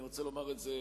ואני רוצה לומר את זה,